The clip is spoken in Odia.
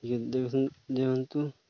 ଏ ଦିଅନ୍ତୁ